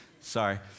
Sorry